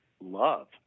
love